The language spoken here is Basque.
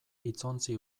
hitzontzi